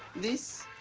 this?